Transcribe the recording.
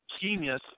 genius